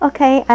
Okay